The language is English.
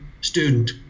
student